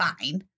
fine